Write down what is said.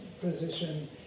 position